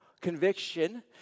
conviction